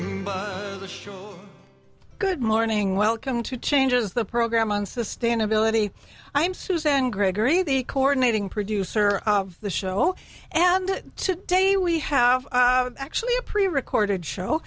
show good morning welcome to changes the program on sustainability i'm suzanne gregory the coordinating producer of the show and today we have actually a pre recorded show